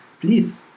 please